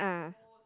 ah